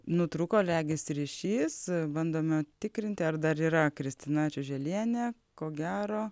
nutrūko regis ryšys bandome tikrinti ar dar yra kristina čiuželienė ko gero